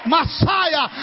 Messiah